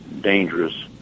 dangerous